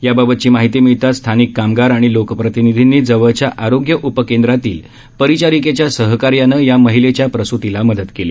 याबाबतची माहिती मिळताच स्थानिक कामगार आणि लोकप्रतिनिधींनी जवळच्या आरोग्य उपकेंद्रातील परिचारिकेच्या सहकार्यानं या महिलेच्या प्रसृतीला मदत केली